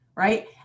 Right